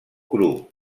cru